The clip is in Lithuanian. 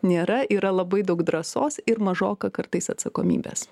nėra yra labai daug drąsos ir mažoka kartais atsakomybės